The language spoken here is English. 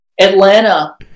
Atlanta